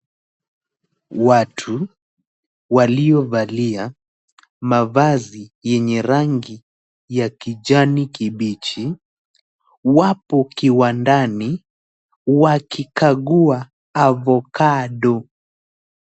Watu waliovalia mavazi yenye rangi ya kijani kibichi wapo kiwandani wakikagua avocado .